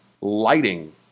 Lighting